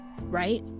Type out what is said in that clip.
right